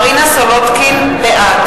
(קוראת בשמות חברי הכנסת) מרינה סולודקין בעד